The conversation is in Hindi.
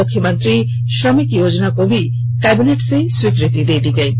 मुख्यमंत्री श्रमिक योजना को भी कैबिनेट की स्वीकृति दी गई है